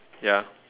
ya